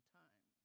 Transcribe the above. time